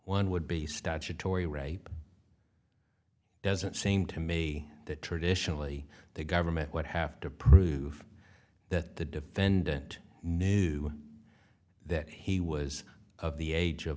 one would be statutory rape doesn't seem to me that traditionally the government would have to prove that the defendant knew that he was of the age of